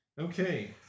Okay